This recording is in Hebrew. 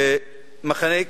מחנה,